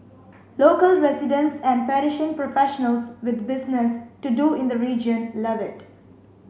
local residents and Parisian professionals with business to do in the region love it